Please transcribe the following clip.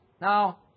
Now